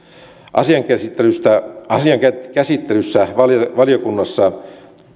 asian käsittelyssä asian käsittelyssä valiokunnassa